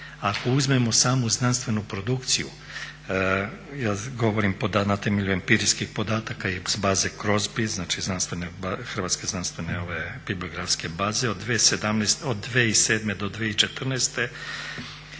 ako uzmemo samu znanstvenu produkciju jer govorim na temelju empirijskih podataka i baze Crosbi, znači znanstvene, hrvatske znanstvene bibliografske baze. Od 2007. do 2014.